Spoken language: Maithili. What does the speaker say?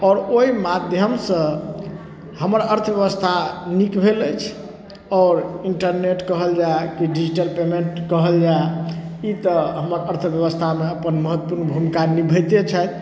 आओर ओहि माध्यम सँ हमर अर्थब्यवस्था नीक भेल अछि आओर इन्टरनेट कहल जै कि डिजिटल पेमेन्ट कहल जाय ई तऽ हमर अर्थब्यवस्थामे अपन महत्वपूर्ण भूमिका निभैते छथि